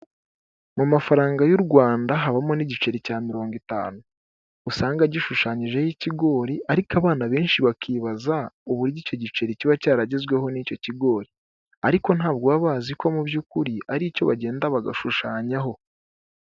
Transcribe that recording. Mu mafaranga y'u Rwanda habamo n'igiceri cya mirongo itanu. Usanga gishushanyijeho ikigori, ariko abana benshi bakibaza uburyo icyo giceri kiba cyaragezweho n'icyo kigori. Ariko ntabwo baba bazi ko mu by'ukuri ari icyo bagenda bagashushanyaho.